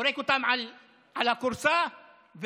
זורק אותם על הכורסה ויוצא.